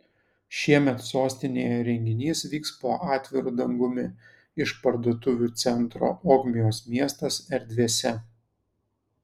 šiemet sostinėje renginys vyks po atviru dangumi išparduotuvių centro ogmios miestas erdvėse